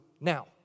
now